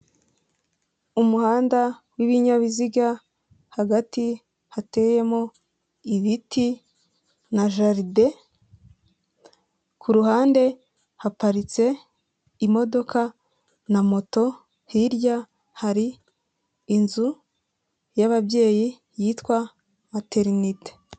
Umuhanda w'ibinyabiziga, hagati hateyemo ibiti na jaride, ku ruhande haparitse imodoka na moto, hirya hari inzu y'ababyeyi yitwa materinite.